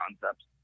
concepts